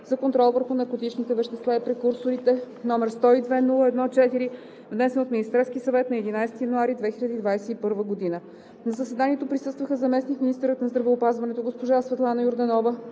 за контрол върху наркотичните вещества и прекурсорите, № 102-01-4, внесен от Министерския съвет на 11 януари 2021 г. На заседанието присъстваха заместник-министърът на здравеопазването госпожа Светлана Йорданова,